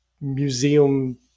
museum